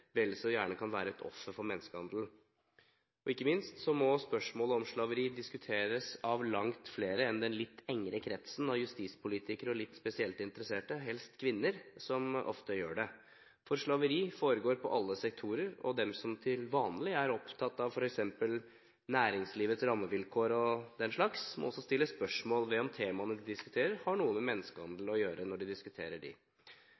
vel så gjerne kan være et offer for menneskehandel. Og ikke minst må spørsmålet om slaveri diskuteres av langt flere enn den litt engere kretsen av justispolitikere og litt spesielt interesserte, helst kvinner, som ofte gjør det. For slaveri foregår på alle sektorer, og de som til vanlig er opptatt av f.eks. næringslivets rammevilkår og den slags, må også stille spørsmål ved om temaene de diskuterer, har noe med menneskehandel å gjøre når de